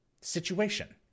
situation